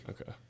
Okay